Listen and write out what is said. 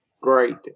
great